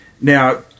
Now